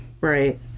right